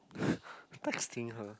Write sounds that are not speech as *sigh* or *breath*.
*breath* texting her